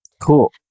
Cool